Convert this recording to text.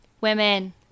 Women